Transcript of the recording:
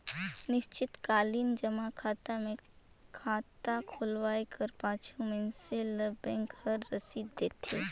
निस्चित कालीन जमा खाता मे खाता खोलवाए कर पाछू मइनसे ल बेंक हर रसीद देथे